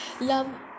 love